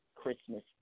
Christmas